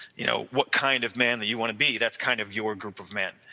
you know what kind of man that you want to be that's kind of your group of men?